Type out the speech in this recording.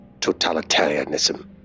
totalitarianism